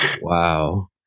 Wow